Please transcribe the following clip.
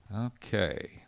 Okay